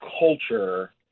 culture